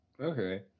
okay